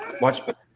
Watch